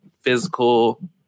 physical